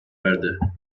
verdi